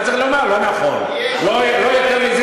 אתה צריך לומר "לא נכון" יש מחקרים שמראים,